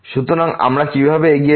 সুতরাং আমরা কিভাবে এগিয়ে যাব